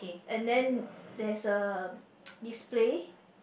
and then there's a display